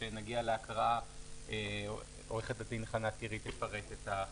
כשנגיע להקראה עורכת הדין חנה טירי תפרט את החריגים.